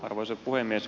arvoisa puhemies